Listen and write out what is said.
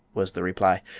was the reply.